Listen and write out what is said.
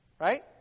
Right